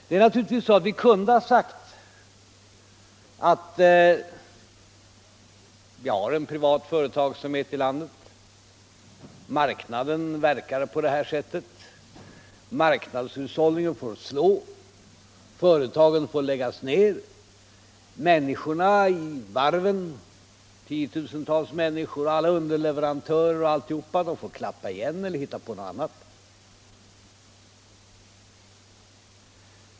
Vi kunde naturligtvis ha sagt oss att vi har en privat företagsamhet i landet och att marknadskrafterna verkar på det här sättet, så att marknadshushållningen får slå hårt och företagen får läggas ner, människorna som arbetar i varven — tiotusentals människor samt alla underleverantörer m.fl. — får slå igen sina företag eller hitta på någon annan sysselsättning.